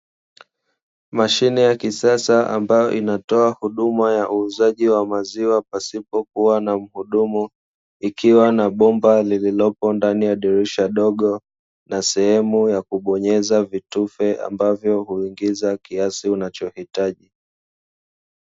Mashine ya kisasa ambayo inatoa huduma ya uuzaji wa maziwa pasipo kuwa na mhudumu, ikiwa na bomba lililopo ndani ya dirisha dogo na sehemu ya kubonyeza vitufe ambavyo huingiza kiasi unachohitaji.